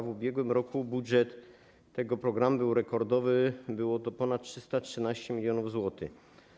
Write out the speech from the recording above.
W ubiegłym roku budżet tego programu był rekordowy, było to ponad 313 mln zł.